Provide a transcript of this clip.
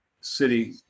city